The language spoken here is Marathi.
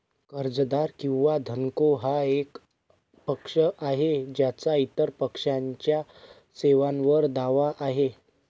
कर्जदार किंवा धनको हा एक पक्ष आहे ज्याचा इतर पक्षाच्या सेवांवर दावा आहे